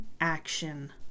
action